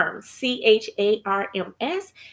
c-h-a-r-m-s